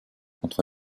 contre